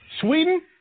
Sweden